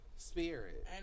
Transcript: Spirit